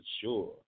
sure